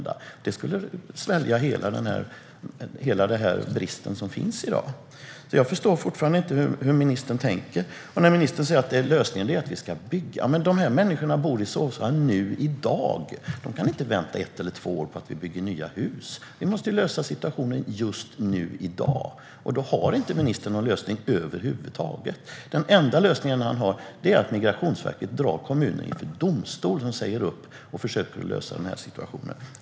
Det skulle täcka hela bristen på boenden i dag. Jag förstår fortfarande inte hur ministern tänker. Ministern säger att lösningen är att vi ska bygga. Men de här människorna bor i sovsalar nu i dag. De kan inte vänta ett eller två år på att vi bygger nya hus. Vi måste lösa situationen just nu i dag, och då har inte ministern någon lösning över huvud taget. Den enda lösningen han har är att Migrationsverket drar kommuner som säger upp lägenheter och försöker lösa denna situation inför domstol.